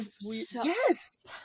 yes